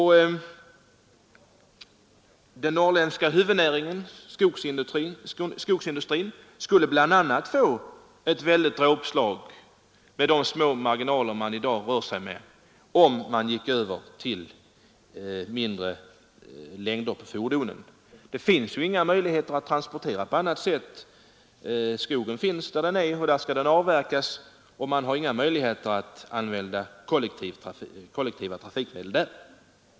a. den norrländska huvudnäringen — skogsindustrin — skulle med de små marginaler som man i dag rör sig med få ett väldigt dråpslag om man tvingades gå över till kortare fordon. Och några andra transportmöjligheter finns inte. Skogen står där den står, och där skall den avverkas. Man har där inga möjligheter att använda kollektiva trafikmedel.